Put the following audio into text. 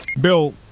bill